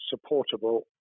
supportable